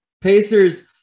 Pacers